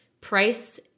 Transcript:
price